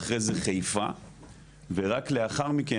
ואחרי זה חיפה ורק לאחר מכן,